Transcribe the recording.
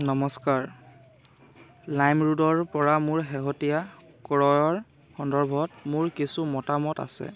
নমস্কাৰ লাইমৰোডৰ পৰা মোৰ শেহতীয়া ক্ৰয়ৰ সন্দৰ্ভত মোৰ কিছু মতামত আছে